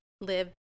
live